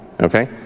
okay